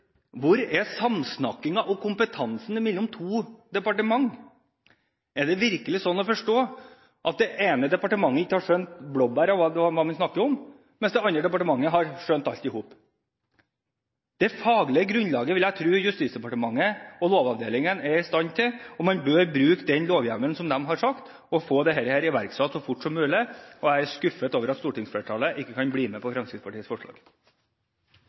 Hvor er samsnakkingen – og kompetansen – mellom de to departementene? Er det virkelig sånn å forstå at det ene departementet ikke har skjønt blåbæret av hva man snakker om, mens det andre departementet har skjønt alt i hop? Det faglige grunnlaget ville jeg tro Justisdepartementet og Lovavdelingen er i stand til å gjøre rede for. Man bør bruke den lovhjemmelen som de har sagt gjelder, og få dette iverksatt så fort som mulig. Jeg er skuffet over at stortingsflertallet ikke kan bli med på Fremskrittspartiets forslag.